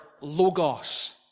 logos